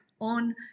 on